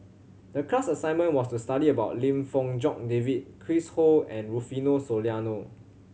the class assignment was to study about Lim Fong Jock David Chris Ho and Rufino Soliano